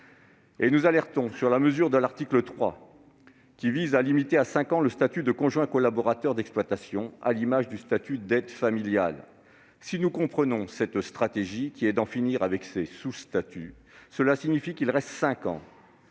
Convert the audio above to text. Et nous alertons sur la mesure de l'article 3 qui vise à limiter à cinq ans le statut de conjoint collaborateur d'exploitation à l'image du statut d'aide familial. Si nous comprenons cette stratégie qui est d'en finir avec ces sous-statuts, cela signifie qu'il reste cinq